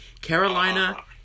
Carolina